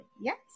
Yes